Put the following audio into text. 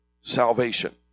salvation